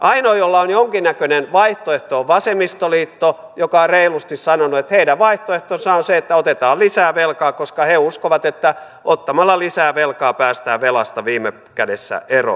ainoa jolla on jonkinnäköinen vaihtoehto on vasemmistoliitto joka on reilusti sanonut että heidän vaihtoehtonsa on se että otetaan lisää velkaa koska he uskovat että ottamalla lisää velkaa päästään velasta viime kädessä eroon